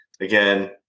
Again